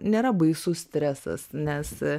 nėra baisus stresas nes